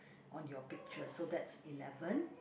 on your picture so that's eleven